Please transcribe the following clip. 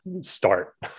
start